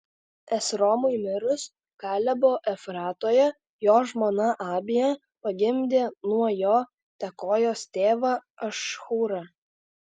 esromui mirus kalebo efratoje jo žmona abija pagimdė nuo jo tekojos tėvą ašhūrą